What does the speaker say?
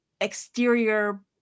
exterior